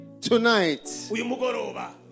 tonight